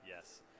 Yes